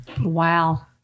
Wow